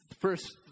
First